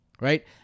right